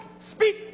speak